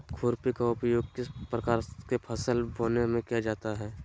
खुरपी का उपयोग किस प्रकार के फसल बोने में किया जाता है?